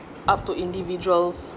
up to individuals